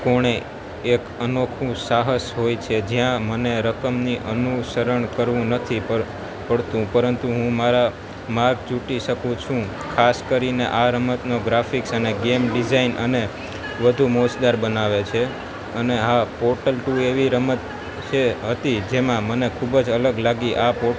કોણે એક અનોખું સાહસ હોય છે જ્યાં મને રકમની અનુસરણ કરવું નથી પડતું પંરતુ હું મારા માર્ગ ચૂંટી શકું છું ખાસ કરીને આ રમતનો ગ્રાફિક્સ અને ગેમ ડિઝાઇન અને વધુ મોસદાર બનાવે છે અને હા પોર્ટલ ટુ એવી રમત છે હતી જેમાં મને ખૂબ જ અલગ લાગી આપો